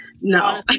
no